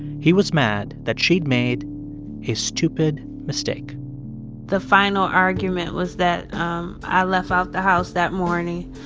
he was mad that she'd made a stupid mistake the final argument was that i left out the house that morning.